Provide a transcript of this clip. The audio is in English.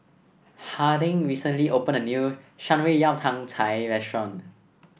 Harding recently opened a new Shan Rui Yao Tang Cai restaurant